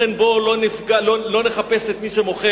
לכן בואו לא נחפש את מי שמוכר,